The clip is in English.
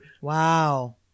Wow